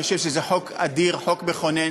אני חושב שזה חוק אדיר, חוק מכונן,